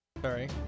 Sorry